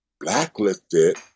blacklisted